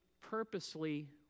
purposely